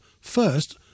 first